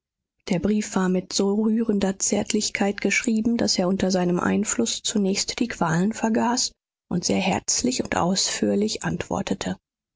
der brief war mit so rührender zärtlichkeit geschrieben daß er unter seinem einfluß zunächst die qualen vergaß und sehr herzlich und ausführlich antwortete